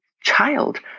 child